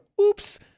oops